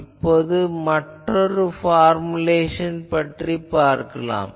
இப்போது மற்றொரு பார்முலேஷன் பற்றி பார்க்கலாம்